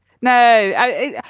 No